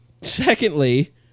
secondly